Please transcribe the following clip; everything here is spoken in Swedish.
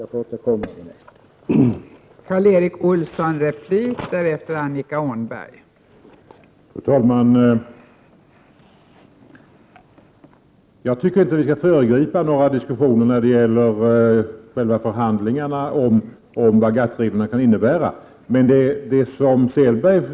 Jag återkommer i en senare replik.